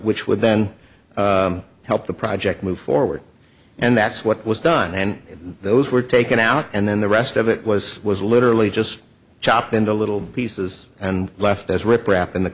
which would then help the project move forward and that's what was done and those were taken out and then the rest of it was was literally just chopped into little pieces and left as rip rap in the